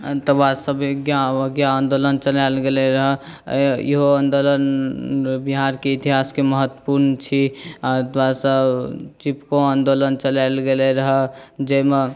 तऽ सविनय अवज्ञा आन्दोलन चलाएल गेले रहै इहो आन्दोलन बिहारके इतिहासके महत्वपूर्ण छी तकर बाद से चिपको आन्दोलन आन्दोलन चलाएल गेले रहै जाहिमे